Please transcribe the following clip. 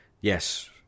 Yes